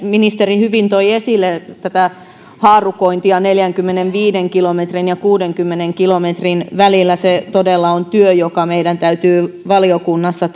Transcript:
ministeri hyvin toi esille tätä haarukointia neljänkymmenenviiden kilometrin ja kuudenkymmenen kilometrin välillä se todella on työ joka meidän täytyy valiokunnassa